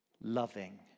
loving